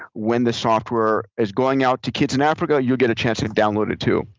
when the software is going out to kids in africa, you'll get a chance to download it, too.